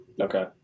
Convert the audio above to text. Okay